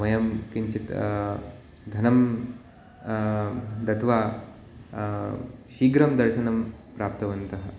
वयं किञ्चित् धनं दत्वा शीघ्रं दर्शनं प्राप्तवन्तः